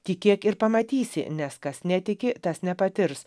tikėk ir pamatysi nes kas netiki tas nepatirs